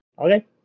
Okay